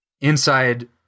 inside